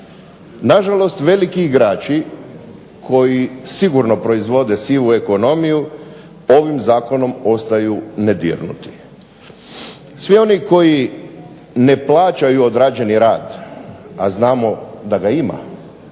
Nažalost veliki igrači koji sigurno proizvode sivu ekonomiju, ovim zakonom ostaju nedirnuti. Svi oni koji ne plaćaju odrađeni rad, a znamo da ga ima,